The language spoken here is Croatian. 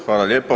Hvala lijepo.